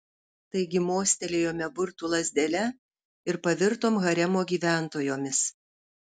taigi mostelėjome burtų lazdele ir pavirtom haremo gyventojomis